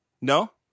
No